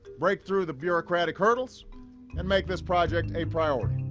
break through the bureaucratic hurdles and make this project a priority.